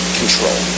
control